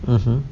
mmhmm